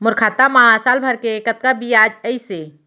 मोर खाता मा साल भर के कतका बियाज अइसे?